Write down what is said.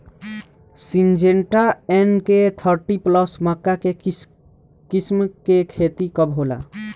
Syngenta N K thirty plus मक्का के किस्म के खेती कब होला?